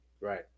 Right